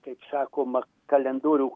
kaip sakoma kalendorių